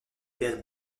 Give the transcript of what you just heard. perd